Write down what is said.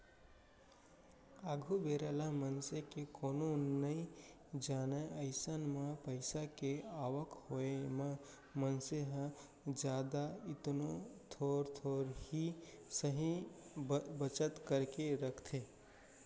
आघु बेरा ल मनसे के कोनो नइ जानय अइसन म पइसा के आवक होय म मनसे ह जादा नइतो थोर थोर ही सही बचत करके रखथे